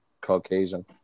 Caucasian